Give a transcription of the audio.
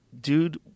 dude